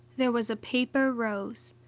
there was a paper rose.